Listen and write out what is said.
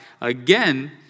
again